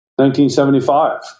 1975